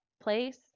place